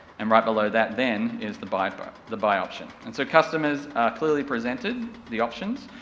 and right below that then, is the buy but the buy option. and so customers are clearly presented the options,